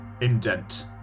indent